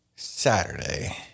Saturday